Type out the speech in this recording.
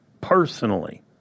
personally